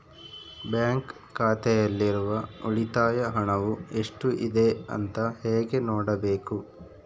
Bank ಖಾತೆಯಲ್ಲಿರುವ ಉಳಿತಾಯ ಹಣವು ಎಷ್ಟುಇದೆ ಅಂತ ಹೇಗೆ ನೋಡಬೇಕು?